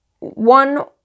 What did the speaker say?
one